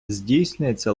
здійснюється